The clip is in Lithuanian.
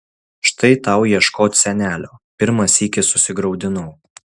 štai tau ieškot senelio pirmą sykį susigraudinau